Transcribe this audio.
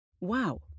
Wow